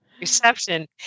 reception